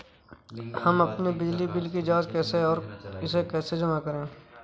हम अपने बिजली बिल की जाँच कैसे और इसे कैसे जमा करें?